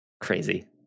crazy